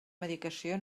medicació